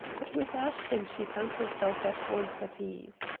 but with ashton she found herself at once at ease.